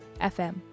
FM